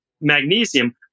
magnesium